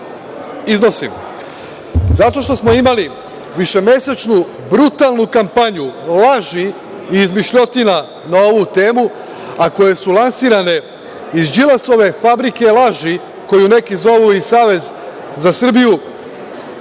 iznosim? Zato što smo imali višemesečnu brutalnu kampanju laži i izmišljotina na ovu temu, a koje su lansirane iz Đilasove fabrike laži, koju neki zovu i Savez za Srbiju,